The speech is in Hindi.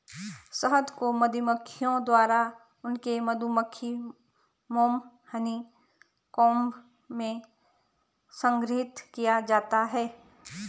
शहद को मधुमक्खियों द्वारा उनके मधुमक्खी मोम हनीकॉम्ब में संग्रहीत किया जाता है